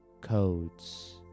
codes